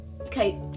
Okay